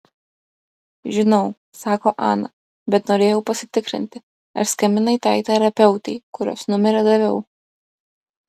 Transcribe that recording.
žinau sako ana bet norėjau pasitikrinti ar skambinai tai terapeutei kurios numerį daviau